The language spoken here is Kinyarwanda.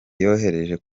yohereje